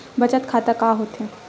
बचत खाता का होथे?